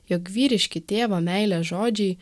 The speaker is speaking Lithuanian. jog vyriški tėvo meilės žodžiai